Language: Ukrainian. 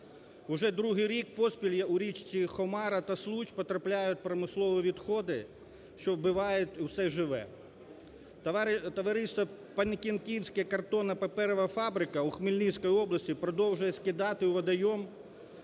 Уже другий рік поспіль у річки Хомора та Случ потрапляють промислові відходи, що вбивають усе живе. Товариство "Понінківська картонно-паперова фабрика" у Хмельницькій області продовжує скидати у водойом